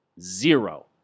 Zero